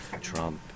Trump